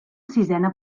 sisena